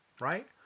right